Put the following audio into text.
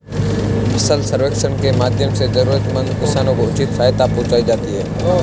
फसल सर्वेक्षण के माध्यम से जरूरतमंद किसानों को उचित सहायता पहुंचायी जाती है